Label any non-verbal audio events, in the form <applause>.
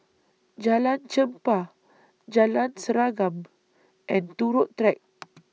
Jalan Chempah Jalan Serengam and Turut Track <noise>